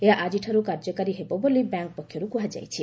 ଏହା ଆଜିଠାରୁ କାର୍ଯ୍ୟକାରୀ ହେବ ବୋଲି ବ୍ୟାଙ୍କ ପକ୍ଷରୁ କୁହାଯାଇଛି